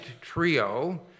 trio